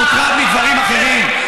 מוטרד מדברים אחרים.